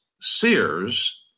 Sears